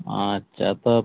আচ্ছা তা